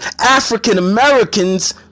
African-Americans